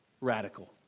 radical